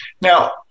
Now